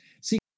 See